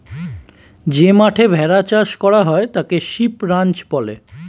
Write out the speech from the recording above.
যে মাঠে ভেড়া চাষ করা হয় তাকে শিপ রাঞ্চ বলে